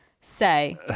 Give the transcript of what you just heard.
say